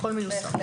הכול מיושם.